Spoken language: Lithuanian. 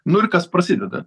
nu ir kas prasideda